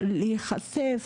אבל להיחשף